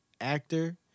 actor